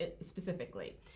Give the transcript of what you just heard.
specifically